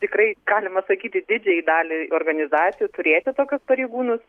tikrai galima sakyti didžiajai daliai organizacijų turėti tokius pareigūnus